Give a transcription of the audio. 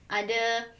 ada